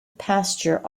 pasture